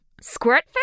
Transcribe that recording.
squirt